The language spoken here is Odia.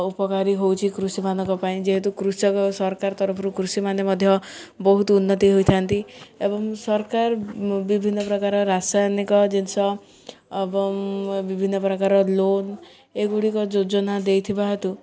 ଉପକାରୀ ହଉଛି କୃଷିମାନଙ୍କ ପାଇଁ ଯେହେତୁ କୃଷକ ସରକାର ତରଫରୁ କୃଷିମାନେ ମଧ୍ୟ ବହୁତ ଉନ୍ନତି ହୋଇଥାନ୍ତି ଏବଂ ସରକାର ବିଭିନ୍ନ ପ୍ରକାର ରାସାୟନିକ ଜିନିଷ ଏବଂ ବିଭିନ୍ନ ପ୍ରକାର ଲୋନ୍ ଏଗୁଡ଼ିକ ଯୋଜନା ଦେଇଥିବା ହେତୁ